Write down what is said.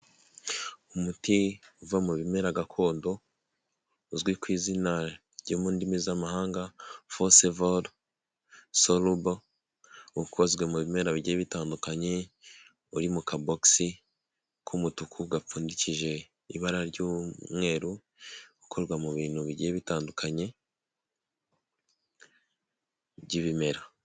Umuti uva mu bimera gakondo uzwi ku izina ryo mu ndimi z'amahanga fosevoro sorubo ukozwe mu bimera bijyiye bitandukanye uri mu kabokisi k'umutuku gapfundikije ibara ry'umweru gukorwa mu bintu bigiye bitandukanye by'ibimera.